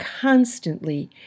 constantly